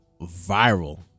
viral